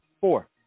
Four